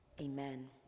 Amen